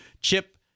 Chip